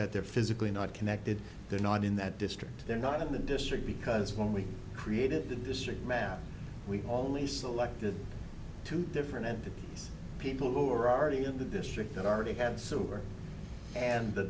that they're physically not connected they're not in that district they're not in the district because when we created the district map we've only selected two different people who are already in the district that already have sober and